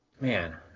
man